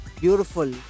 beautiful